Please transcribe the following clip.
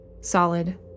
Solid